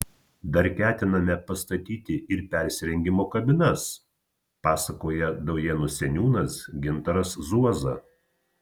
dar ketiname pastatyti ir persirengimo kabinas pasakoja daujėnų seniūnas gintaras zuoza